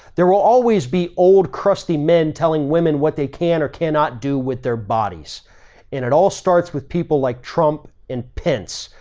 there will always be old, crusty men telling women what they can or cannot do with their bodies. and it all starts with people like trump and pence,